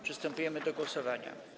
Przystępujemy do głosowania.